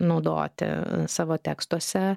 naudoti savo tekstuose